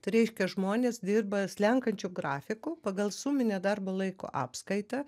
tai reiškia žmonės dirba slenkančiu grafiku pagal suminę darbo laiko apskaitą